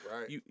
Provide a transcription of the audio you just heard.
Right